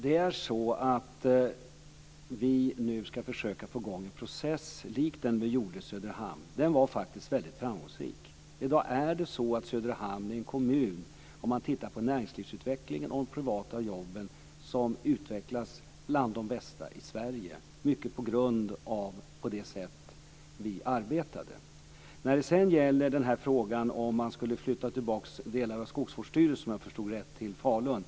Fru talman! Vi ska nu försöka få i gång en process lik den vi gjorde i Söderhamn. Den var framgångsrik. Söderhamn är den kommun som, med tanke på utvecklingen av näringslivet och de privata jobben, är med bland de kommuner med bäst utveckling i Sverige. Mycket beror på det sätt vi arbetade på. Sedan var det frågan om delar av Skogsvårdsstyrelsen ska flyttas tillbaka till Falun.